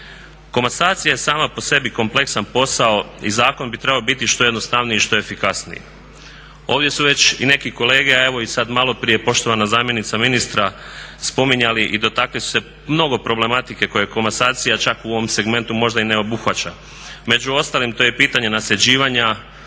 Komasacija je sama po sebi kompleksan posao i zakon bi trebao biti što jednostavniji i što efikasniji. Ovdje su već i neki kolege, a evo sada i malo prije poštovana zamjenica ministra spominjali i dotaknuli su se mnogo problematike koje komasacija čak u ovom segmentu možda i ne obuhvaća. Među ostalim to je pitanje nasljeđivanja